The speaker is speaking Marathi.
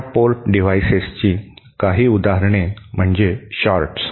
अशा पोर्ट डिव्हाइसेसची काही उदाहरणे म्हणजे शॉर्ट्स